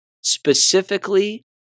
specifically